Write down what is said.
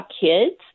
kids